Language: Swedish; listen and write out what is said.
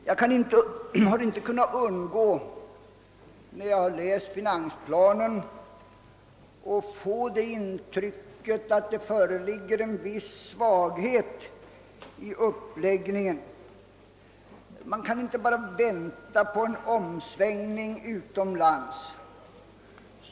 När jag har läst finansplanen har jag inte kunnat undgå att få det intrycket att det föreligger en viss svaghet i uppläggningen. Man kan inte bara vänta på en omsvängning utomlands.